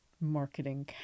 marketing